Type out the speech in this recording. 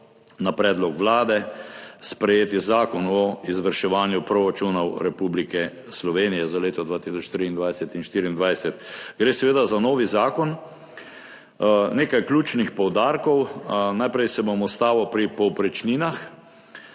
na predlog Vlade sprejeti zakon o izvrševanju proračunov Republike Slovenije za leti 2023 in 2024. Gre seveda za nov zakon. Nekaj ključnih poudarkov. Najprej se bom ustavil pri povprečninah.